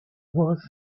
was